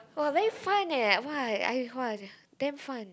!wah! very fun eh !wah! I !wah! damn fun